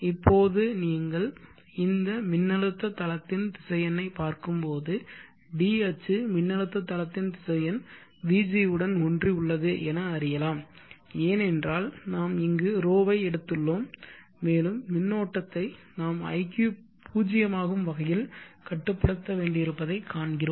இப்போது நீங்கள் இந்த மின்னழுத்த தளத்தின் திசையனைப் பார்க்கும் போது d அச்சு மின்னழுத்த தளத்தின் திசையன் vg உடன் ஒன்றி உள்ளது என அறியலாம் ஏனென்றால் நாம் இங்கு ρ ஐ எடுத்துள்ளோம் மேலும் மின்னோட்டத்தை நாம் iq பூச்சியமாகும் வகையில் கட்டுப்படுத்த வேண்டியிருப்பதைக் காண்கிறோம்